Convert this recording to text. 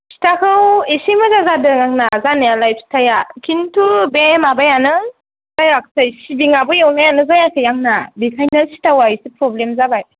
फिथाखौ इसे मोजां जादों आंना जानायालाय फिथाया खिन्थु बे माबायानो जायाखसै सिबिंआबो एवनायानो जायाखै आंना बेखायनो सिथावा इसे प्रब्लेम जाबाय